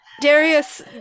Darius